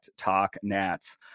TalkNats